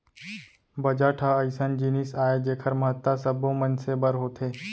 budget ह अइसन जिनिस आय जेखर महत्ता सब्बो मनसे बर होथे